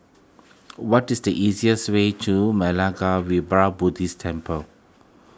what is the easiest way to Buddhist Temple